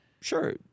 sure